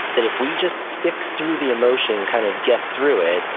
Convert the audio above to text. that if we just stick through the emotion, kind of get through it,